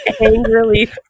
Angrily